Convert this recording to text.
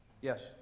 Yes